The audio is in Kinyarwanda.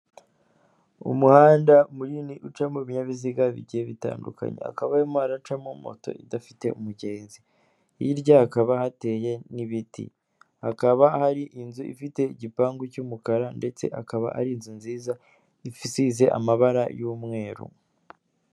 Umuhanda munini ucamo ibinyabiziga bigiye bitandukanye hakaba harimo haracamo moto idafite umugenzi, hirya hakaba hateye n'ibiti hakaba hari inzu ifite igipangu cy'umukara ndetse akaba ari inzu nziza isize amabara y'umweru.